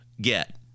get